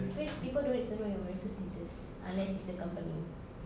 people don't need to know your marital status unless it's the company